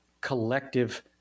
collective